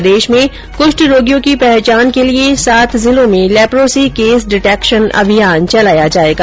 प्रदेश में कुष्ठ रोगियों की पहचान के लिये सात जिलों में लेप्रोसी केस डिटेक्शन अभियान चलाया जायेगा